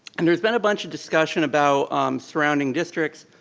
and there's been a bunch of discussion about surrounding districts.